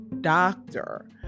doctor